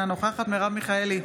אינה נוכחת מרב מיכאלי,